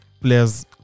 players